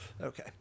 Okay